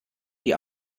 die